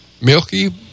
Milky